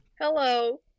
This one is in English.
hello